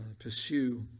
pursue